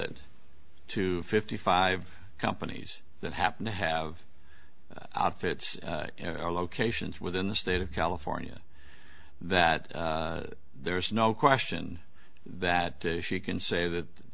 it to fifty five companies that happen to have outfits or locations within the state of california that there is no question that she can say that